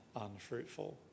unfruitful